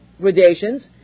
gradations